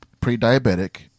pre-diabetic